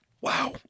Wow